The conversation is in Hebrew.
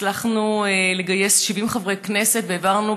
הצלחנו לגייס 70 חברי כנסת והעברנו